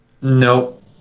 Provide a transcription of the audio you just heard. Nope